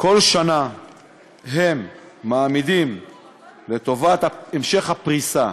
שבכל שנה הם מעמידים לטובת המשך הפריסה